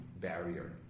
barrier